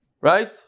right